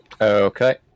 Okay